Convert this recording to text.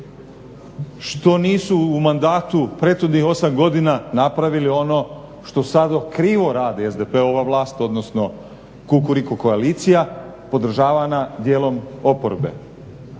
Što nisu u mandatu prethodnih osam godina napravili ono što sad krivo radi SDP-ova vlast odnosno Kukuriku koalicija, podržavana dijelom oporbe.